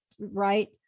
right